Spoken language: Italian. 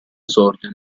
esordio